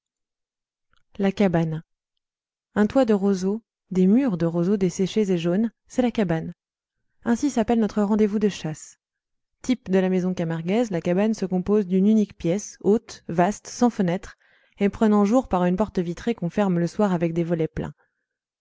la cabane un toit de roseaux des murs de roseaux desséchés et jaunes c'est la cabane ainsi s'appelle notre rendez-vous de chasse type de la maison camarguaise la cabane se compose d'une unique pièce haute vaste sans fenêtre et prenant jour par une porte vitrée qu'on ferme le soir avec des volets pleins